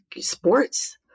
sports